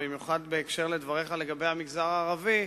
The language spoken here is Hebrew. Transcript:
במיוחד בקשר לדבריך לגבי המגזר הערבי,